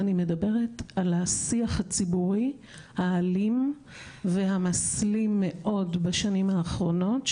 אני מדברת על השיח הציבורי האלים והמסלים מאוד בשנים האחרונות,